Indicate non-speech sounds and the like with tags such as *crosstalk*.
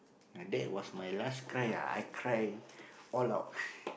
ah that was my last cry ah I cry all out *breath*